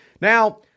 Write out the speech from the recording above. Now